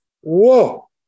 whoa